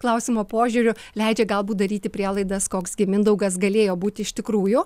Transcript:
klausimo požiūriu leidžia galbūt daryti prielaidas koks gi mindaugas galėjo būti iš tikrųjų